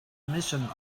missen